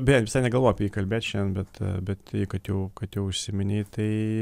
beje visai negalvojau apie jį kalbėt šiandien bet bet jei kad jau kad jau užsiminei tai